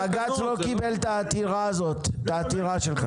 בג"ץ לא קיבל את העתירה הזאת, את העתירה שלך.